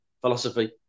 philosophy